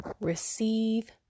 Receive